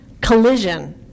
collision